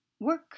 work